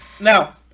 now